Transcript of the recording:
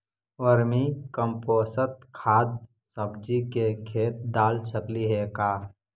Vermi compost खाद सब्जी के खेत दाल सकली हे का?